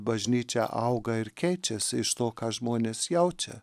bažnyčia auga ir keičiasi iš to ką žmonės jaučia